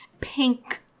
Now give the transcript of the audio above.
pink